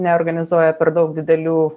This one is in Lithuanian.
neorganizuoja per daug didelių